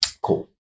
Cool